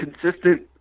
consistent